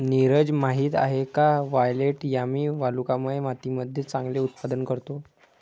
नीरज माहित आहे का वायलेट यामी वालुकामय मातीमध्ये चांगले उत्पादन करतो?